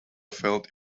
felt